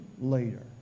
later